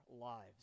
lives